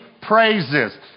praises